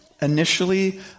initially